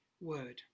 word